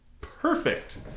Perfect